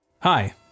Hi